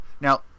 Now